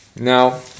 Now